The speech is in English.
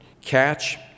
catch